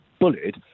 bullied